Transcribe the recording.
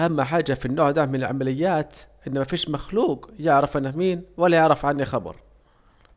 أهم حاجة في النوع ده من العمليات إن مفيش مخلوج يعرف أنا مين ولا يعرف عني خبر